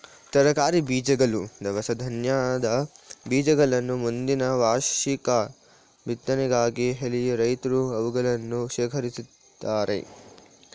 ತರಕಾರಿ ಬೀಜಗಳು, ದವಸ ಧಾನ್ಯದ ಬೀಜಗಳನ್ನ ಮುಂದಿನ ವಾರ್ಷಿಕ ಬಿತ್ತನೆಗಾಗಿ ಹಳ್ಳಿಯ ರೈತ್ರು ಅವುಗಳನ್ನು ಶೇಖರಿಸಿಡ್ತರೆ